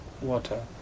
water